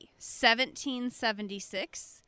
1776